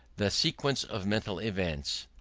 the sequence of mental events,